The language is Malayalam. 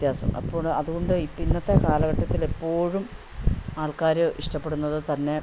വ്യത്യാസം അപ്പോൾ അത്കൊണ്ട് ഇപ്പം ഇന്നത്തെ കാലഘട്ടത്തിൽ എപ്പോഴും ആൾക്കാർ ഇഷ്ടപ്പെടുന്നത് തന്നെ